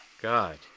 God